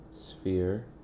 sphere